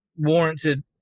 warranted